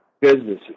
businesses